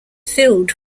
filled